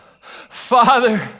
Father